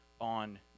on